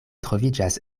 troviĝas